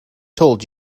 told